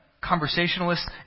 conversationalist